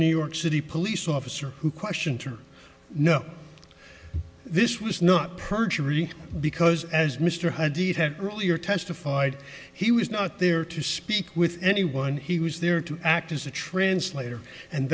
new york city police officer who question to know this was not perjury because as mr hyde did have earlier testified he was not there to speak with anyone he was there to act as a translator and